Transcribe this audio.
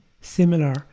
similar